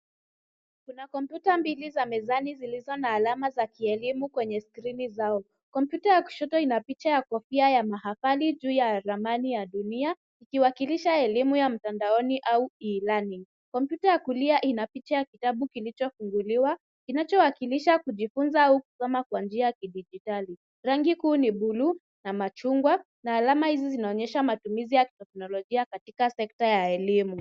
Kuna kompyuta mbili za mezani zilizo na alama za kielimu kwenye skrini zao. Kompyuta ya kushoto ina picha ya kofia ya mahafali juu ya ramani ya dunia, ikiwakilisha elimu ya mtandaoni au e-learning . Kompyuta ya kulia ina picha ya kitabu kilichofunguliwa, kinachowakilisha kujifunza au kusoma kwa njia ya kidijitali. Rangi kuu ni blue na machungwa, na alama hizi zinaonyesha matumizi ya teknolojia katika sekta ya elimu.